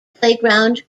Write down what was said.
playground